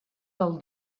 del